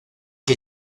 que